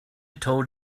told